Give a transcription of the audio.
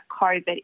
COVID